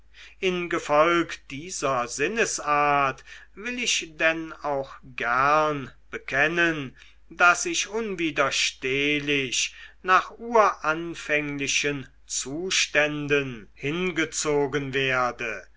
in gefolg dieser sinnesart will ich denn auch gern bekennen daß ich unwiderstehlich nach uranfänglichen zuständen hingezogen werde